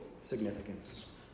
significance